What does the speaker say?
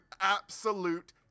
absolute